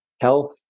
health